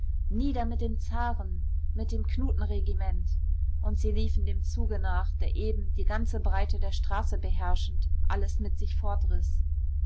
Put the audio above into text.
nieder mit dem zaren mit dem knutenregiment und sie liefen dem zuge nach der eben die ganze breite der straße beherrschend alles mit sich